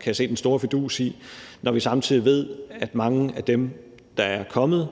kan se den store fidus i, når vi samtidig ved, at mange er dem, der er kommet